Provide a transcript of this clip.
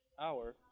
hour